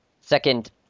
Second